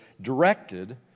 directed